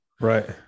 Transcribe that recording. right